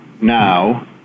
now